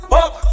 up